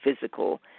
physical